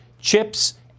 chips